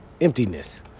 emptiness